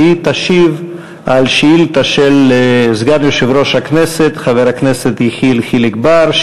והיא תשיב על שאילתה של סגן יושב-ראש הכנסת חבר הכנסת יחיאל חיליק בר,